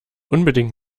unbedingt